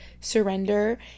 surrender